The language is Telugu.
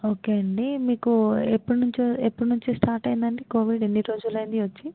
ఓకే అండి మీకు ఎప్పటినుంచి ఎప్పటినుంచి స్టార్ట్ అయ్యిందండి కోవిడ్ ఎన్ని రోజులు అయ్యింది వచ్చి